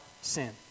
sin